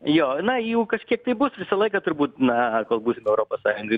jo na jų kažkiek tai bus visą laiką turbūt na kol būsim europos sąjungoj